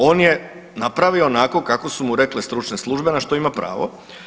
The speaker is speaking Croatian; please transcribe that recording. On je napravio onako kako su mu rekle Stručne službe na što ima pravo.